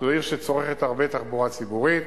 זו עיר שצורכת הרבה תחבורה ציבורית,